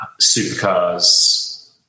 supercars